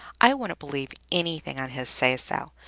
i wouldn't believe anything on his say-so!